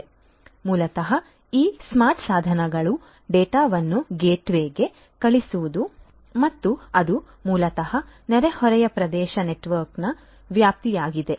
ಆದ್ದರಿಂದ ಮೂಲತಃ ಈ ಸ್ಮಾರ್ಟ್ ಸಾಧನಗಳು ಡೇಟಾವನ್ನು ಗೇಟ್ವೇಗೆ ಕಳುಹಿಸಲಿವೆ ಮತ್ತು ಅದು ಮೂಲತಃ ನೆರೆಹೊರೆಯ ಪ್ರದೇಶ ನೆಟ್ವರ್ಕ್ನ ವ್ಯಾಪ್ತಿಯಾಗಿದೆ